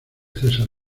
césar